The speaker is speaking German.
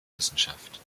wissenschaft